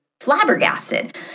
flabbergasted